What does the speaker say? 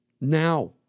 Now